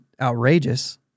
outrageous